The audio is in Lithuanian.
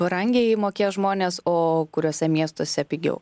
brangiai mokės žmonės o kuriuose miestuose pigiau